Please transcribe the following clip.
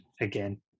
again